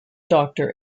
doctor